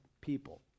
people